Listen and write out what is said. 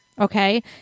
Okay